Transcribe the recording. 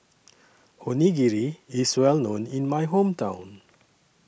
Onigiri IS Well known in My Hometown